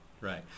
right